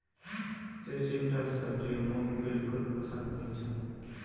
चिचिण्डार सब्जी मोक बिल्कुल पसंद नी छ